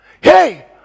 Hey